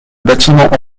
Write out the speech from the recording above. bâtiment